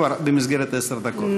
כבר במסגרת עשר דקות.